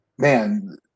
Man